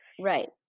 Right